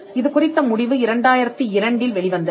இது குறித்த முடிவு 2002 இல் வெளிவந்தது